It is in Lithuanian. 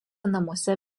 namuose